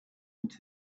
into